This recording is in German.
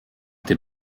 dir